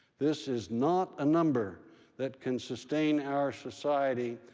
this is not a number that can sustain our society,